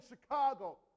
Chicago